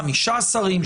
חמישה שרים,